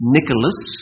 Nicholas